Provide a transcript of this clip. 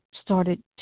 started